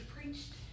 preached